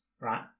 right